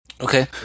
Okay